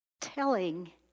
telling